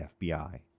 FBI